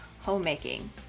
homemaking